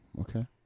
Okay